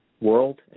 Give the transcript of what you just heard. world